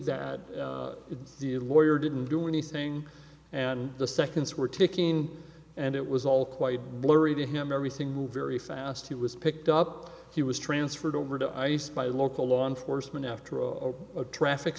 that the lawyer didn't do anything and the seconds were ticking and it was all quite blurry to him everything moved very fast he was picked up he was transferred over to ice by local law enforcement after a traffic